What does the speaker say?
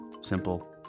simple